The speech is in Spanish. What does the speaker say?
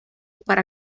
para